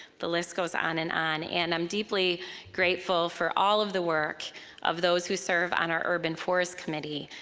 the list goes on and on. and i'm deeply grateful for all of the work of those who serve on our urban forest committee,